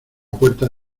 puerta